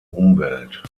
umwelt